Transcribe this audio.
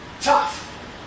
tough